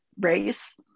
race